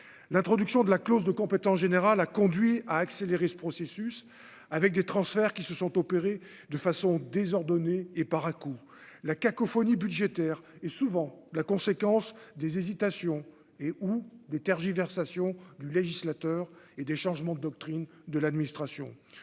l'introduction de la clause de compétence générale a conduit à accélérer ce processus avec des transferts qui se sont opérés de façon désordonnée et Parakou la cacophonie budgétaire est souvent la conséquence des hésitations et ou des tergiversations du législateur et des changements de doctrine de l'administration,